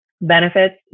benefits